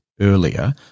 earlier